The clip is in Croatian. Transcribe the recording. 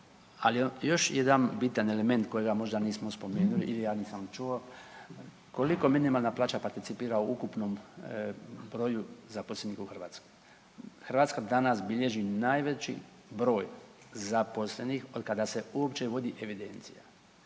Ali još jedan bitan element kojega možda nismo spomenuli ili ja nisam čuo, koliko minimalna plaća participira u ukupnom broju zaposlenika u Hrvatskoj. Hrvatska danas bilježi najveći broj zaposlenih otkada se uopće vodi evidencija